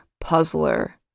puzzler